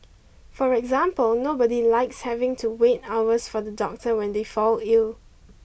for example nobody likes having to wait hours for the doctor when they fall ill